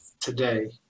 today